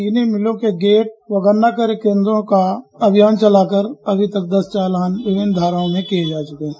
चीनी मिलों के गेट व गन्ना पराई केन्द्रों का अभियान चला करके अभी तक दस चालान विभिन्न धाराओं में दर्ज किये जा चके हैं